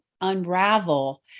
unravel